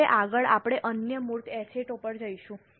હવે આગળ આપણે અન્ય મૂર્ત એસેટ ઓ પર જઈશું